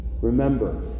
Remember